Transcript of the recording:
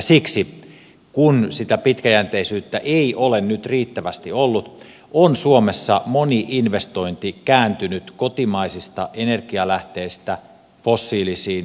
siksi kun sitä pitkäjänteisyyttä ei ole nyt riittävästi ollut on suomessa moni investointi kääntynyt kotimaisista energialähteistä fossiilisiin tuontienergialähteisiin